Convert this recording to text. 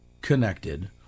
connected